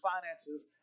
finances